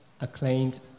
acclaimed